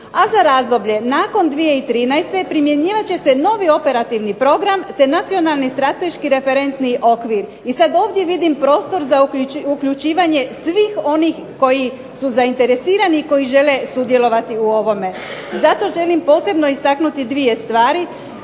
A za razdoblje nakon 2013. primjenjivat će se novi operativni program te Nacionalni strateški referentni okvir. I sad ovdje vidim prostor za uključivanje svih onih koji su zainteresirani i koji žele sudjelovati u ovome. Zato želim posebno istaknuti dvije stvari,